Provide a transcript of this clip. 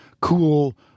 cool